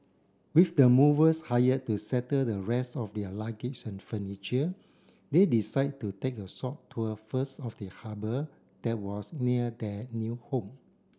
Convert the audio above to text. with the movers hired to settle the rest of their luggage and furniture they decide to take a short tour first of the harbour that was near their new home